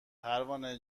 پروانه